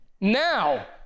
now